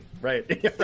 Right